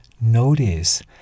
notice